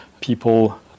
people